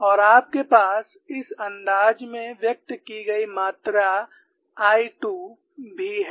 और आपके पास इस अंदाज में व्यक्त की गई मात्रा I 2 भी है